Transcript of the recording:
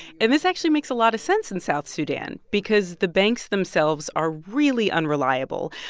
and this actually makes a lot of sense in south sudan because the banks themselves are really unreliable.